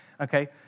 Okay